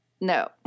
No